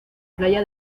playa